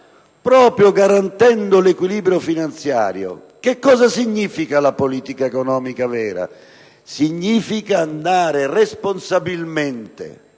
proprio garantendo l'equilibrio finanziario, che cosa significa la politica economica vera? Significa andare responsabilmente